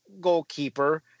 goalkeeper